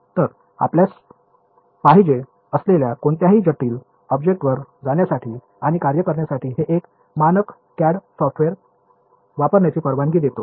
तर आपल्यास पाहिजे असलेल्या कोणत्याही जटिल ऑब्जेक्टवर जाण्यासाठी आणि कार्य करण्यासाठी हे एक मानक CAD सॉफ्टवेअर वापरण्याची परवानगी देतो